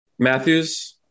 Matthews